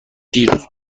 دیروز